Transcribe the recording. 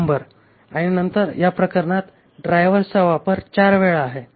100 आणि नंतर या प्रकरणात ड्रायव्हर्सचा वापर 4 वेळा आहे